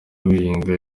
guhinga